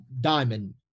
Diamond